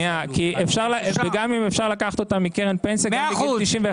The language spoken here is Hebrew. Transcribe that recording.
וגם אם אפשר לקחת אותם מקרן פנסיה, גם בגיל 91